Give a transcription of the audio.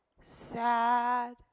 Sad